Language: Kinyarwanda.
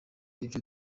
ibyo